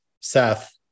Seth